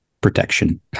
protection